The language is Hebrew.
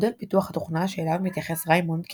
מודל פיתוח התוכנה שאליו מתייחס ריימונד כ"בזאר"